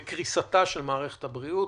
וקריסתה של מערכת הבריאות,